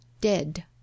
dead